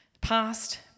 past